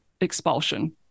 expulsion